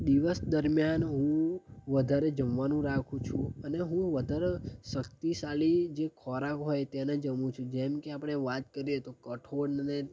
દિવસ દરમ્યાન હું વધારે જમવાનું રાખું છું અને હું વધારે શક્તિશાળી જે ખોરાક હોય તેને જમું છું જેમ કે આપણે વાત કરીએ તો કઠોળ અને